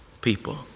people